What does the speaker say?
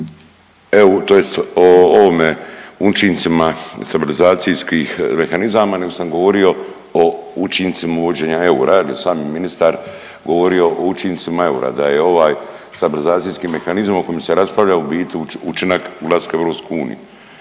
tj. o ovome, učincima stabilizacijskih mehanizama nego sam govorio o učinci uvođenja eura jer je sami ministar govorio o učincima eura, da je ovaj stabilizacijski mehanizam o kojem se raspravlja u biti učinak ulaska u EU.